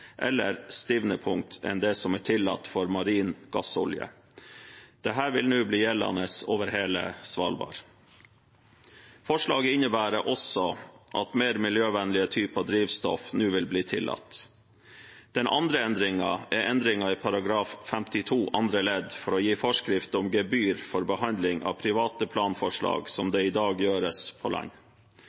eller stivnepunkt enn det som er tillatt for marin gassolje. Dette vil nå bli gjeldende over hele Svalbard. Forslaget innebærer også at mer miljøvennlige typer drivstoff nå vil bli tillatt. Den andre endringen er endringen i § 51 andre ledd for å gi forskrift om gebyr for behandling av private planforslag, slik det i dag gjøres på land.